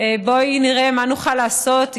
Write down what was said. בואי נראה מה נוכל לעשות,